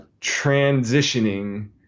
transitioning